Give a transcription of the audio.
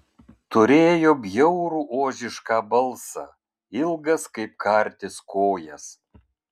turėjo bjaurų ožišką balsą ilgas kaip kartis kojas